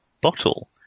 bottle